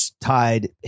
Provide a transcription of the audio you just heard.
tied